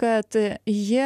kad jie